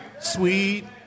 sweet